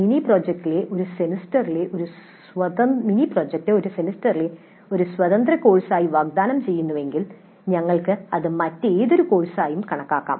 mini project ഒരു സെമസ്റ്ററിലെ ഒരു സ്വതന്ത്ര കോഴ്സായി വാഗ്ദാനം ചെയ്യുന്നുവെങ്കിൽ ഞങ്ങൾക്ക് അത് മറ്റേതൊരു കോഴ്സായി കണക്കാക്കാം